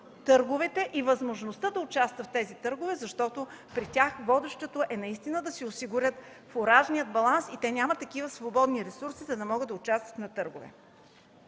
търговете и възможността да участват в тях, защото при тях водещото наистина е да си осигурят фуражния баланс, а те нямат такива свободни ресурси, за да могат да участват на търгове.